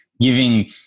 giving